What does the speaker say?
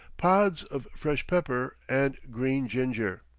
pods of fresh pepper, and green ginger.